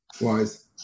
wise